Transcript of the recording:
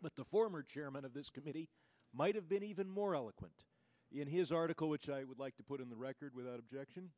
but the former chairman of this committee might have been even more eloquent in his article which i would like to put in the record without objection